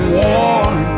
worn